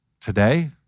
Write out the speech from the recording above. Today